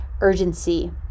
urgency